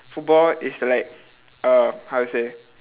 football is like uh how to say